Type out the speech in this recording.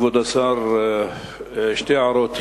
כבוד השר, שתי הערות.